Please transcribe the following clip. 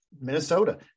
Minnesota